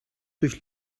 durch